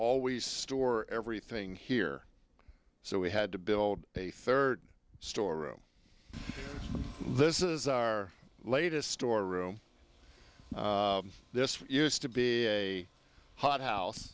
always store everything here so we had to build a third story room this is our latest store room this used to be a hot house